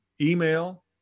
email